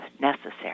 necessary